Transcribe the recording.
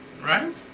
Right